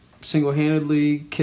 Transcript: single-handedly